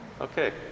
Okay